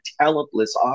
talentless